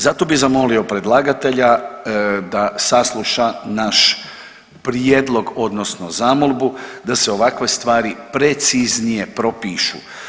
Zato bih zamolio predlagatelja da sasluša naš prijedlog, odnosno zamolbu da se ovakve stvari preciznije propišu.